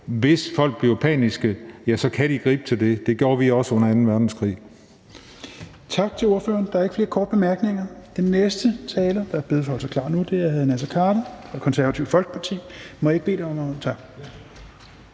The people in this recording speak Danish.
Hvis folk bliver paniske, ja, så kan de gribe til det. Det gjorde vi også under anden verdenskrig.